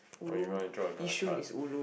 or you want to draw another card